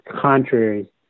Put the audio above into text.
contrary